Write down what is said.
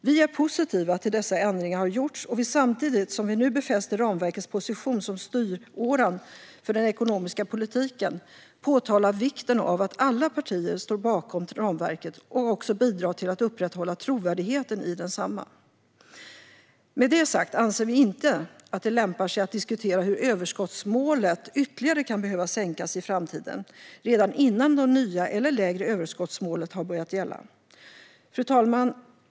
Vi är positiva till att dessa ändringar har gjorts och vill, samtidigt som vi nu befäster ramverkets position som styråran för den ekonomiska politiken, påtala vikten av att alla partier står bakom ramverket och också bidrar till att upprätthålla trovärdigheten i detsamma. Med det sagt anser vi inte att det lämpar sig att diskutera hur överskottsmålet ytterligare kan behöva sänkas i framtiden redan innan det nya och lägre överskottsmålet har börjat gälla. Fru talman!